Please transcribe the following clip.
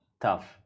tough